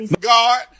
God